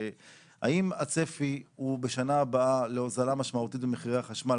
האם הצפי הוא בשנה הבאה להוזלה משמעותית במחירי החשמל,